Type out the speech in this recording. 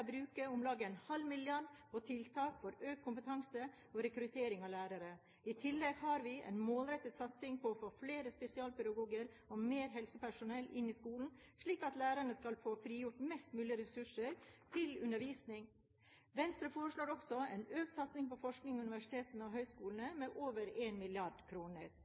bruke om lag 0,5 mrd. kr på tiltak for økt kompetanse og rekruttering av lærere. I tillegg har vi en målrettet satsing på å få flere spesialpedagoger og mer helsepersonell inn i skolen, slik at lærerne skal få frigjort mest mulig ressurser til undervisning. Venstre foreslår også en økt satsing på forskning, universiteter og høyskoler med over